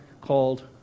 called